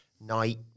night